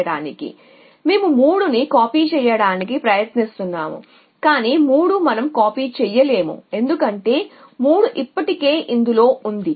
కాబట్టి మేము 3 ని కాపీ చేయడానికి ప్రయత్నిస్తాము కాని 3 మనం కాపీ చేయలేము ఎందుకంటే 3 ఇప్పటికే ఇందులో ఉంది